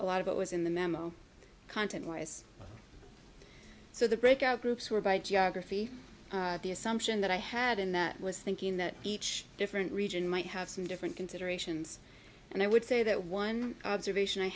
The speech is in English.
a lot of what was in the memo content wise so the breakout groups were by geography the assumption that i had in that was thinking that each different region might have some different considerations and i would say that one observation i